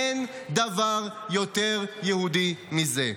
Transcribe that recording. אין דבר יותר יהודי מזה.